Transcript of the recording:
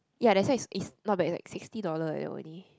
ya that's why it's it's not bad like sixty dollar eh only